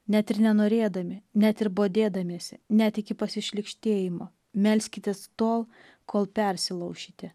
net ir nenorėdami net ir bodėdamiesi net iki pasišlykštėjimo melskitės tol kol persilaušite